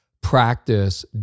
practice